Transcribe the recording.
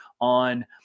on